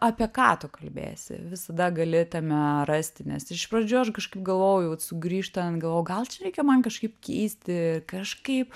apie ką tu kalbėsi visada gali tame rasti nes iš pradžių aš kažkaip galvojau vat sugrįžtant galvojau gal čia reikia man kažkaip keisti kažkaip